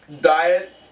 diet